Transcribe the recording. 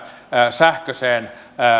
sähköiseen